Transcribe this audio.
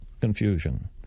confusion